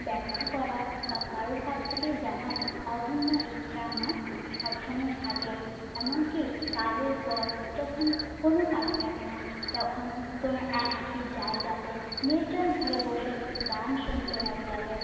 ব্যাখ্যা করা বা কারোর কাছ থেকেই জানার অদম্য ইচ্ছা আমার সবসময় থাকে এমনকী কাজের পর যখন কোনো কাজ থাকে না তখন কোনো একাকী জায়গাতে নির্জনভাবে বসে গান শুনতে ভালো লাগে